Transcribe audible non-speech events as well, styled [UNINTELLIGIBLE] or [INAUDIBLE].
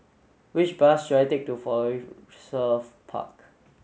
which bus should I take to [UNINTELLIGIBLE] Park